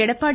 Edappadi